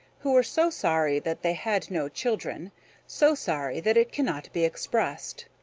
who were so sorry that they had no children so sorry that it cannot be expressed.